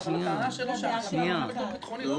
אבל הטענה שלו היא שההחלטה לא חייבת להיות ביטחונית.